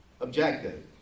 objective